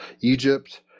Egypt